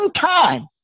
time